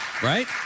Right